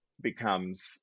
becomes